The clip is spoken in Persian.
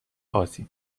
آسیب